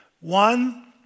One